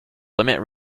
limit